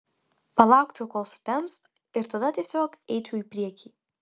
palaukčiau kol sutems ir tada tiesiog eičiau į priekį